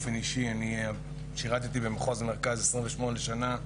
אני שירתתי במחוז מרכז 28 שנים.